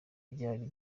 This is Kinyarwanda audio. byari